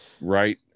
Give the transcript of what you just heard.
Right